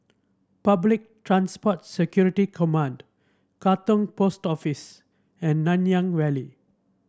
Public Transport Security Command Katong Post Office and Nanyang Valley